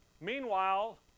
Meanwhile